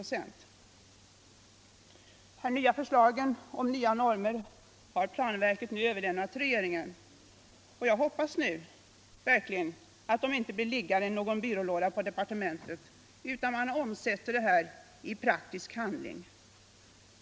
Planverket har överlämnat förslag till nya normer till regeringen. Jag hoppas nu verkligen att de inte blir liggande i någon byrålåda på departementet utan omsätts i praktisk handling.